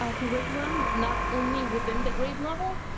ah curriculum, not only within the grade level,